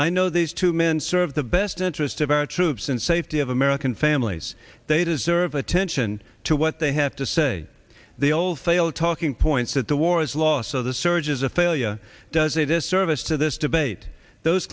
i know these two men serve the best interest of our troops and safety of american families they deserve attention to what they have to say the old failed talking points that the war has lost so the surge is a failure does a disservice to this debate those